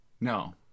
No